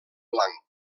blanc